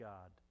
God